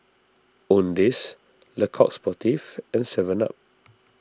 Owndays Le Coq Sportif and Seven Up